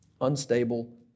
unstable